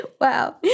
wow